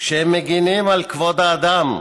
שהם מגינים על כבוד האדם.